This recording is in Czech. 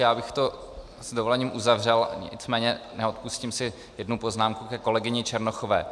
Já bych to s dovolením uzavřel, nicméně neodpustím si jednu poznámku ke kolegyni Černochové.